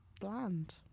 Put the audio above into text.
bland